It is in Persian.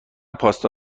پاستا